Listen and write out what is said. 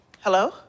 Hello